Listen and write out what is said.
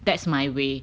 that's my way